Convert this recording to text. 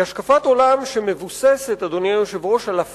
היא השקפת עולם המבוססת על הפרדה